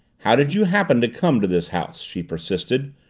how did you happen to come to this house? she persisted,